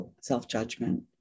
self-judgment